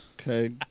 Okay